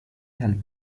help